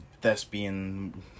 thespian